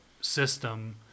system